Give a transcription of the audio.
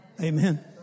Amen